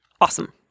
Awesome